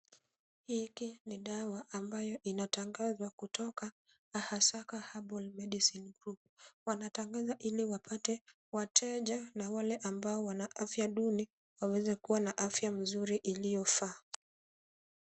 Hiki ni dawa ambayo inatangazwa kutoka Ahasaka Herbal Medicine Group. Wanatangaza ili wapate wateja na wale ambao wana afya duni waweze kuwa na afya mzuri iliyofaa.